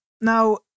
Now